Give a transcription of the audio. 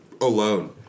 alone